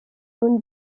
nun